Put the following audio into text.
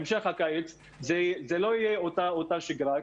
בהמשך הקיץ זאת לא תהיה אותה שגרה,